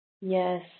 Yes